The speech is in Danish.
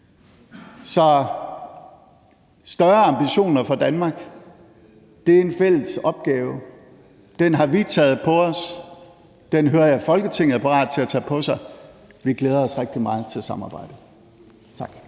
Så større ambitioner for Danmark er en fælles opgave. Den har vi taget på os, den hører jeg at Folketinget er parat til at tage på sig. Vi glæder os rigtig meget til at samarbejde. Tak.